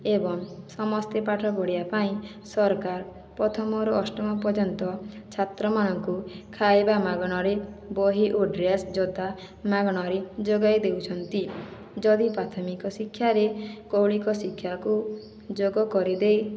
ଏବଂ ସମସ୍ତେ ପାଠ ପଢ଼ିବା ପାଇଁ ସରକାର ପ୍ରଥମରୁ ଅଷ୍ଟମ ପର୍ଯ୍ୟନ୍ତ ଛାତ୍ରମାନଙ୍କୁ ଖାଇବା ମାଗଣାରେ ବହି ଓ ଡ୍ରେସ୍ ଜୋତା ମାଗଣାରେ ଯୋଗାଇ ଦେଉଛନ୍ତି ଯଦି ପ୍ରାଥମିକ ଶିକ୍ଷାରେ ମୌଳିକ ଶିକ୍ଷାକୁ ଯୋଗ କରିଦେଇ